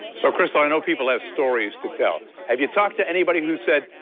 so bruce i know people have stories to tell, have you talked to anybody who said,